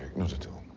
not at all.